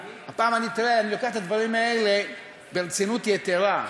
אני לוקח את הדברים האלה ברצינות יתרה,